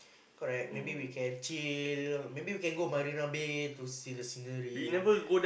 correct maybe we can chill maybe we can go Marina-Bay to see the scenery